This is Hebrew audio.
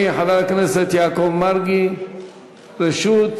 אני אאפשר לך שאלה, אבל קודם כול נאפשר לשואל